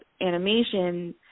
animation